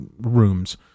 rooms